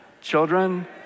Children